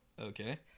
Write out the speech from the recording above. Okay